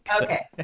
Okay